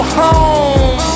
home